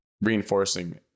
reinforcing